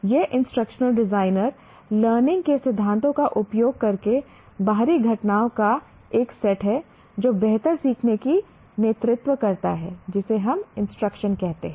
यह instructional designer learning के सिद्धांतों का उपयोग करके बाहरी घटनाओं का एक सेट है जो बेहतर सीखने का नेतृत्व करता है जिसे हम इंस्ट्रक्शन कहते हैं